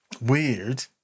weird